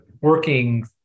working